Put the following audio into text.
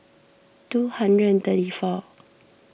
two hundred and thirty four